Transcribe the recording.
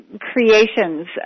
creations